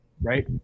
right